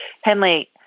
Henley